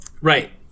Right